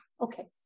okay